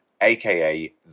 aka